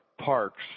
parks